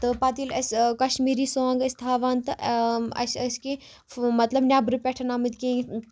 تہٕ پَتہٕ ییٚلہِ اَسہِ کَشمیٖری سانگ ٲسۍ تھاوان تہٕ اَسہِ ٲسۍ کیٚنٛہہ مطلب نٮ۪برٕ پٮ۪ٹھ آمٕتۍ کیٚنٛہہ یہِ